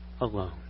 alone